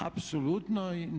Apsolutno.